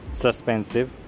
Suspensive